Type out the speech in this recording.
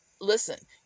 listen